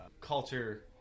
culture